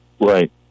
Right